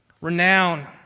renown